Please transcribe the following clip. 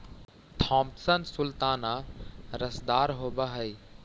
Thompson sultana रसदार होब हई